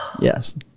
Yes